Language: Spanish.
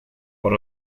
por